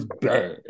bad